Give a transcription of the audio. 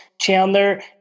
Chandler